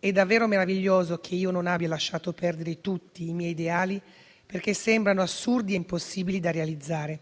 «È davvero meraviglioso che io non abbia lasciato perdere tutti i miei ideali perché sembrano assurdi e impossibili da realizzare»;